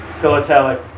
philatelic